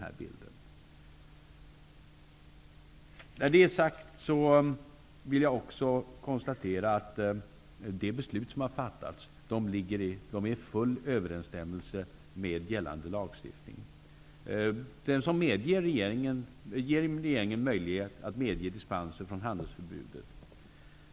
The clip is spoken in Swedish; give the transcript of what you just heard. När detta är sagt, vill jag konstatera att de beslut som har fattats är i full överensstämmelse med gällande lagstiftning. Den medger regeringen att bevilja dispenser från handelsförbudet.